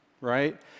right